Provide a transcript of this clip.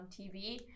TV